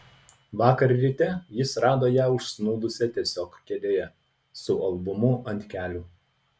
vakar ryte jis rado ją užsnūdusią tiesiog kėdėje su albumu ant kelių